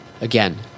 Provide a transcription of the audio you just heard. Again